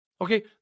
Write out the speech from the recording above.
Okay